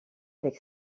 avec